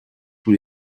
tous